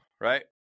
right